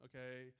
okay